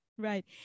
Right